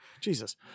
Jesus